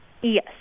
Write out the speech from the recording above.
Yes